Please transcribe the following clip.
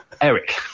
Eric